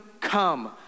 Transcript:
come